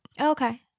Okay